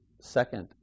second